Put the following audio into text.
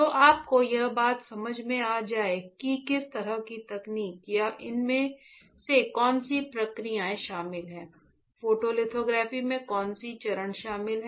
तो आपको यह बात समझ में आ जाए कि किस तरह की तकनीक या इसमें कौन सी प्रक्रियाएं शामिल हैं फोटोलिथोग्राफी में कौन से चरण शामिल हैं